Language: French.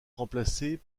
remplacé